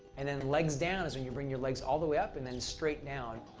and then legs down is when you bring your legs all the way up and then straight down.